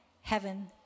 heaven